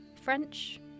French